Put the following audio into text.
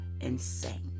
insane